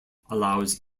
allows